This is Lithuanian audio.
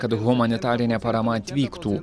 kad humanitarinė parama atvyktų